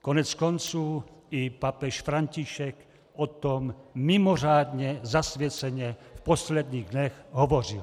Koneckonců, i papež František o tom mimořádně zasvěceně v posledních dnech hovořil.